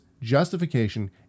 justification